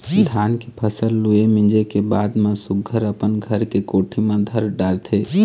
धान के फसल लूए, मिंजे के बाद म सुग्घर अपन घर के कोठी म धर डारथे